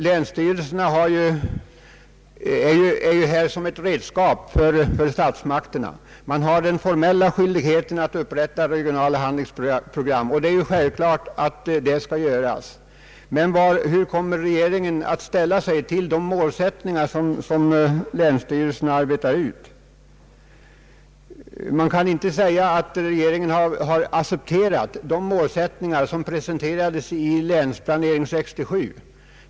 Länsstyrelserna är ju ett redskap för statsmakterna och har den formella skyldigheten att upprätta regionala handlingsprogram. Detta skall självfallet göras, men hur kommer regeringen att ställa sig till de målsättning ar som länsstyrelserna har arbetat fram? Man kan inte säga att regeringen har accepterat målsättningarna i Länsplanering 1967.